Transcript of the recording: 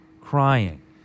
crying